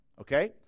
Okay